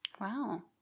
Wow